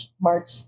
March